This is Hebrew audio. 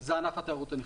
זה ענף התיירות הנכנסת.